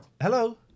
Hello